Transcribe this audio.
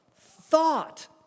Thought